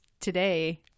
today